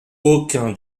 aucun